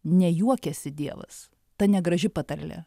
ne juokiasi dievas ta negraži patarlė